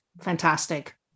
fantastic